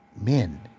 men